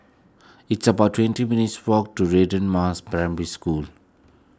it's about twenty minutes' walk to Radin Mas Primary School